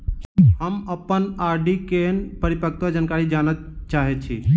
हम अप्पन आर.डी केँ परिपक्वता जानकारी जानऽ चाहै छी